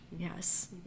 Yes